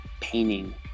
Painting